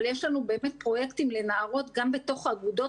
יש לנו באמת פרויקטים לנערות גם בתוך אגודות